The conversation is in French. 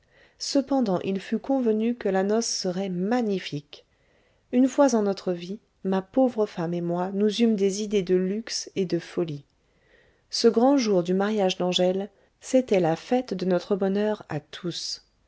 cependant il fut convenu que la noce serait magnifique une fois en notre vie ma pauvre femme et moi nous eûmes des idées de luxe et de folie ce grand jour du mariage d'angèle c'était la fête de notre bonheurs à tous